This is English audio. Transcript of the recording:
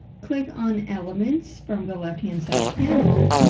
click on elements from the left-hand side panel,